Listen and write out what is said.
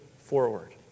forward